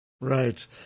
right